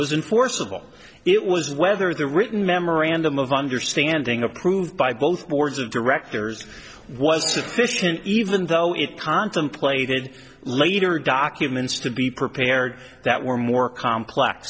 was in forcible it was whether the written memorandum of understanding approved by both boards of directors was sufficient even though it contemplated later documents to be prepared that were more complex